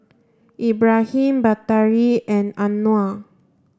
Ibrahim Batari and Anuar